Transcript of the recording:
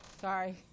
Sorry